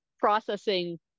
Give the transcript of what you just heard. processing